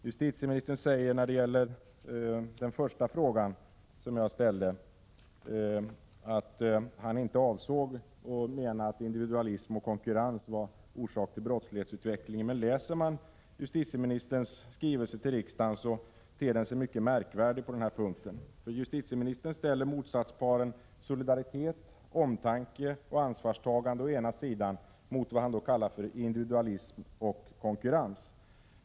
Justitieministern säger när det gäller den första frågan som jag ställde att han inte menat att individualism och konkurrens är orsak till brottslighetsutvecklingen. Men läser man justitieministerns skrivelse till riksdagen ter den sig mycket märklig på den här punkten, för justitieministern ställer motsatsparen solidaritet, omtanke och ansvarstagande å ena sidan mot vad han kallar för individualism och konkurrens.